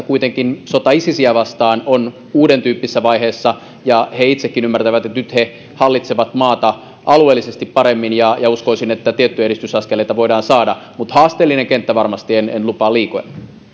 kuitenkin sota isisiä vastaan on uudentyyppisessä vaiheessa ja he itsekin ymmärtävät että nyt he hallitsevat maata alueellisesti paremmin ja ja uskoisin että tiettyjä edistysaskeleita voidaan saada mutta haasteellinen kenttä varmasti en en lupaa liikoja